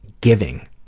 giving